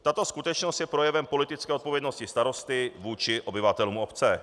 Tato skutečnost je projevem politické odpovědnosti starosty vůči obyvatelům obce.